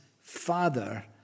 father